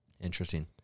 Interesting